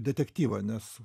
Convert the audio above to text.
detektyvą nes